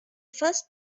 first